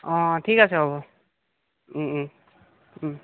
অঁ ঠিক আছে হ'ব